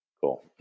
Cool